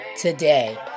today